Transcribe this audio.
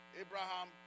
Abraham